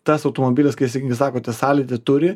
tas automobilis kai sakote sąlytį turi